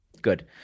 good